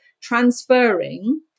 transferring